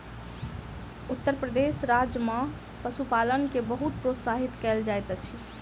उत्तर प्रदेश राज्य में पशुपालन के बहुत प्रोत्साहित कयल जाइत अछि